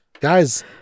guys